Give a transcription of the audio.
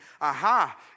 Aha